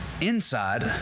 inside